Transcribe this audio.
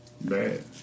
Bad